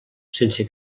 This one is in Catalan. sense